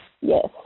yes